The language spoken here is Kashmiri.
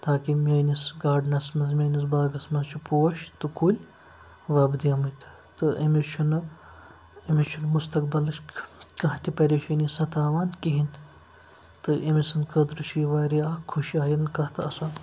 تاکہِ میٲنِس گاڈنَس منٛز میٲنِس باغَس منٛز چھِ پوش تہٕ کُلۍ وۄبدیمٕتۍ تہٕ أمِس چھُنہٕ أمِس چھُنہٕ مستقبَلٕچ کانٛہہ تہِ پریشٲنی سَتاوان کِہیٖنۍ تہٕ أمۍ سٕنٛدِ خٲطرٕ چھُ یہِ وارِیاہ خُشیَن کَتھ آسان